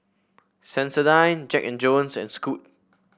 Sensodyne Jack And Jones and Scoot